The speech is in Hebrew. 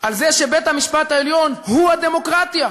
על זה שבית-המשפט העליון הוא הדמוקרטיה.